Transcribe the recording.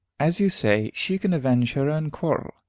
as you say, she can avenge her own quarrel,